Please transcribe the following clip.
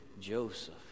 Joseph